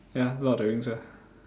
ya lord of the rings ah